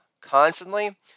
constantly